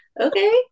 okay